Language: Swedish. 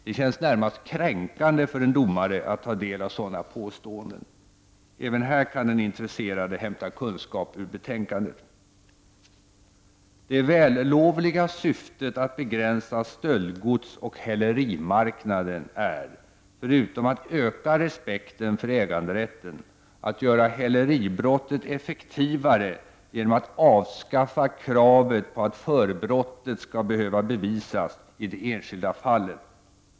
Det känns närmast kränkande för en domare att ta del av sådana påståenden. Även här kan den intresserade hämta kunskap ur betänkandet. Det vällovliga syftet att begränsa stöldgodsoch hälerimarknaden är — förutom att öka respekten för äganderätten — att göra reglerna mot häleribrott effektivare genom att avskaffa kravet på att förbrottet skall behöva bevisas i det enskilda fallet.